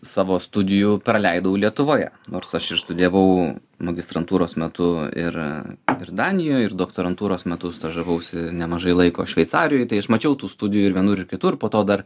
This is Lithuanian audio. savo studijų praleidau lietuvoje nors aš ir studijavau magistrantūros metu ir ir danijoj ir doktorantūros metus stažavausi nemažai laiko šveicarijoj tai aš mačiau tų studijų ir vienur ir kitur po to dar